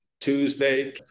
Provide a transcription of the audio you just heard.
Tuesday